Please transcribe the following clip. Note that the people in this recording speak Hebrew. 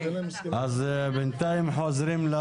אז בנתיים חוזרים.